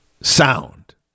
sound